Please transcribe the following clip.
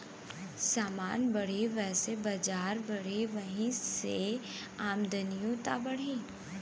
समान बढ़ी वैसे बजार बढ़ी, वही से आमदनिओ त बढ़ी